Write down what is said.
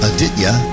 Aditya